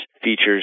features